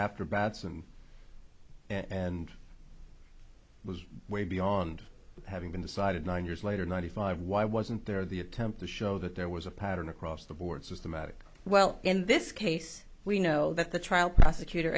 was way beyond having been decided nine years later ninety five why wasn't there the attempt to show that there was a pattern across the board systematic well in this case we know that the trial prosecutor